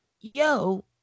Yo